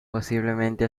posiblemente